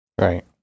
Right